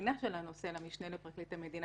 הבחינה של הנושא למשנה לפרקליט המדינה